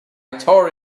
tore